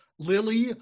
Lily